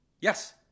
Yes